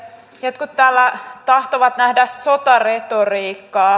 jotkut täällä tahtovat nähdä sotaretoriikkaa